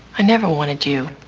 i never wanted you.